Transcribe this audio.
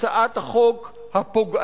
הצעת החוק הפוגענית,